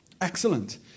Excellent